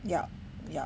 yup yup